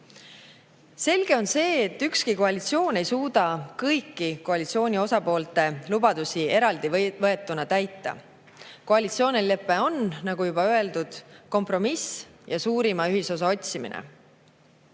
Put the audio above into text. Selge on see, et ükski koalitsioon ei suuda kõiki koalitsiooni osapoolte lubadusi eraldi võetuna täita. Koalitsioonilepe on, nagu juba öeldud, kompromiss ja suurima ühisosa otsimine.